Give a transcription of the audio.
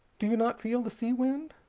do you not feel the sea wind?